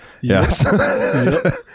Yes